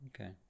Okay